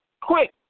quick